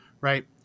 right